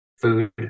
Food